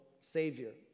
Savior